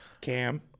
Cam